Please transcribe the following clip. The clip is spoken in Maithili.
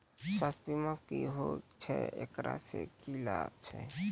स्वास्थ्य बीमा की होय छै, एकरा से की लाभ छै?